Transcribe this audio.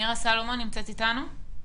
מירה סלומון נמצאת אתנו?